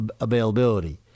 availability